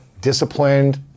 disciplined